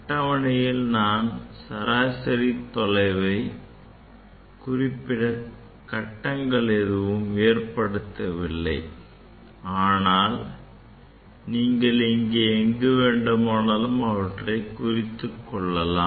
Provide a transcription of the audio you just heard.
அட்டவணையில் நான் சராசரி தொலைவே குறிப்பிட கட்டங்கள் ஏற்படுத்தவில்லை ஆனால் நீங்கள் இங்கே எங்கு வேண்டுமானாலும் அவற்றைக் குறித்துக் கொள்ளலாம்